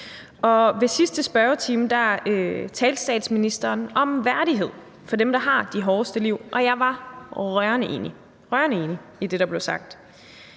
Ved sidste spørgetime talte statsministeren om værdighed for dem, der har de hårdeste liv. Og jeg var rørende enig – rørende enig